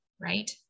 Right